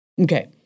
Okay